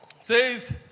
says